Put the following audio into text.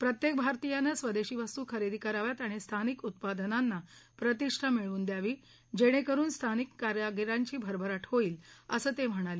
प्रत्येक भारतीयानं स्वदेशी वस्तू खरेदी कराव्यात आणि स्थानिक उत्पादनांना प्रतिष्ठा मिळवून द्यावी जेणेकरून स्थानिक कारागिरांची भरभराट होईल असं ते म्हणाले